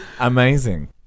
Amazing